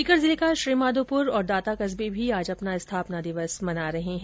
सीकर जिले का श्रीमाधोपुर और दांता कस्बे भी आज अपना स्थापना दिवस मना रहे है